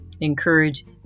encourage